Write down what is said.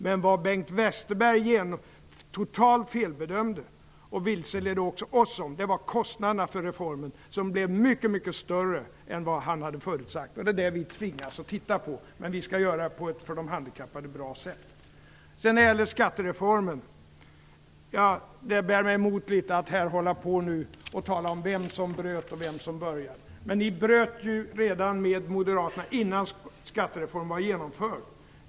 Men det område som Bengt Westerberg totalt felbedömde, och där han även vilseledde oss, var kostnaderna för reformen - de blev mycket större än vad han hade förutsagt. Detta tvingas regeringen nu att titta på, men det skall göras på ett för de handikappade bra sätt. Det bär mig litet emot att här och nu hålla på att tala om vem som bröt och vem som påbörjade vad i skattereformen. Folkpartiet och Moderaterna bröt redan innan skattereformen var genomförd.